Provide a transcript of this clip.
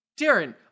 Darren